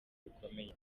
bikomeye